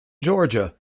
georgia